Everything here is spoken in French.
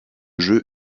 jeu